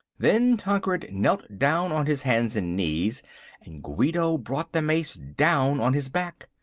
then tancred knelt down on his hands and knees and guido brought the mace down on his back.